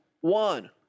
one